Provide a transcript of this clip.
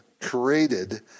created